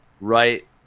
right